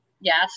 Yes